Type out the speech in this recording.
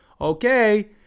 Okay